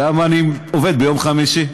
למה אני עובד ביום חמישי.